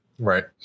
Right